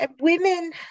Women